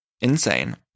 insane